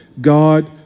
God